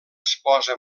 esposa